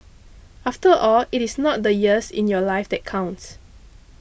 after all it is not the years in your life that count